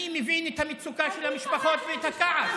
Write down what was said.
אני מבין את המצוקה של המשפחות ואת הכעס,